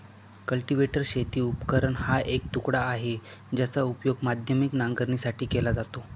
cultivator शेती उपकरण हा एक तुकडा आहे, ज्याचा उपयोग माध्यमिक नांगरणीसाठी केला जातो